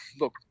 look